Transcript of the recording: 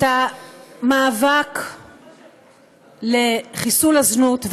את המאבק לחיסול הזנות,